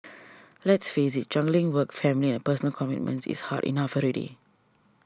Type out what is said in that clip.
let's face it juggling work family and personal commitments it's hard enough already